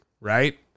right